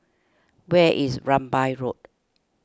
where is Rambai Road